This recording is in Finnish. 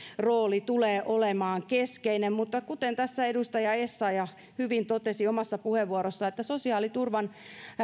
rooli tulee olemaan keskeinen mutta kuten edustaja essayah hyvin totesi omassa puheenvuorossaan sosiaaliturvan